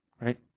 right